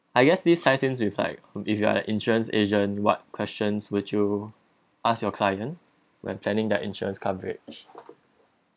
I guess this ties in with like if you are the insurance agent what questions would you ask your client when planning their insurance coverage